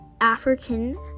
African